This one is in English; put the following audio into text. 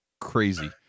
Crazy